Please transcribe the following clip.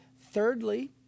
Thirdly